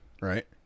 Right